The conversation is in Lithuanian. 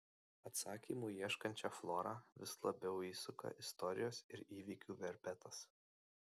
atsakymų ieškančią florą vis labiau įsuka istorijos ir įvykių verpetas